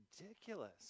Ridiculous